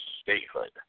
statehood